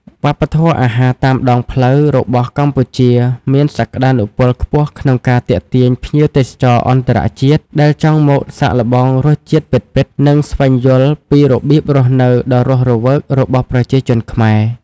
វប្បធម៌អាហារតាមដងផ្លូវ របស់កម្ពុជាមានសក្ដានុពលខ្ពស់ក្នុងការទាក់ទាញភ្ញៀវទេសចរអន្តរជាតិ ដែលចង់មកសាកល្បងរសជាតិពិតៗ និងស្វែងយល់ពីរបៀបរស់នៅដ៏រស់រវើករបស់ប្រជាជនខ្មែរ។